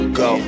go